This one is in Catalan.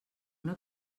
una